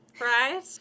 right